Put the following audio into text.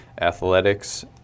athletics